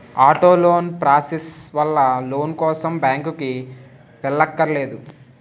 auto loan process వల్ల loan కోసం బ్యాంకుకి వెళ్ళక్కర్లేదు